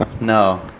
no